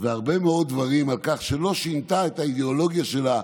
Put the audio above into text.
והרבה מאוד דברים על כך שלא שינתה את האידיאולוגיה שלה.